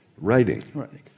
writing